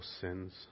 sins